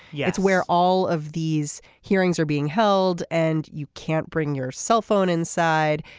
yeah that's where all of these hearings are being held and you can't bring your cell phone inside.